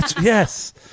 Yes